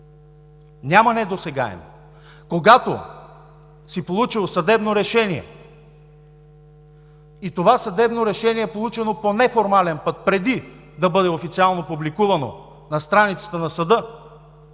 Няма недосегаеми! Когато си получил съдебно решение и това съдебно решение е получено по неформален път, преди да бъде официално публикувано на страницата на съда,